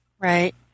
Right